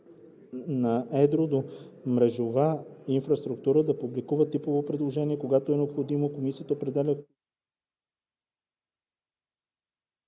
на едро до мрежова инфраструктура да публикува типово предложение. Когато е необходимо, комисията определя